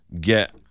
Get